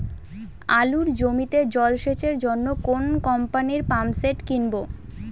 আলুর জমিতে জল সেচের জন্য কোন কোম্পানির পাম্পসেট কিনব?